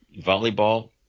volleyball